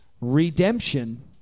Redemption